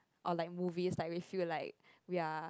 or like movies like we feel like we are